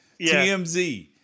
TMZ